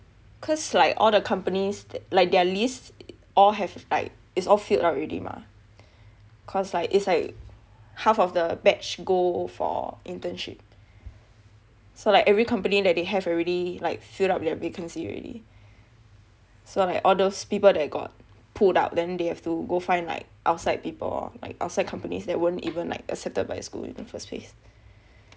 cause like all the companies like their lists all have like it's all filled out already mah cause like it's like half of the batch go for internship so like every company that they have already like filled up their vacancy already so like all those people that got pulled out then they have to go find like outside people like outside companies that weren't even like accepted by school in the first place